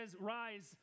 rise